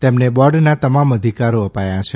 તેમને બોર્ડના તમામ અધિકારો અપાયા છે